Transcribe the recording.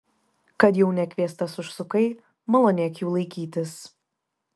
kad jau nekviestas užsukai malonėk jų laikytis